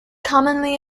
commonly